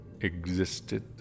existed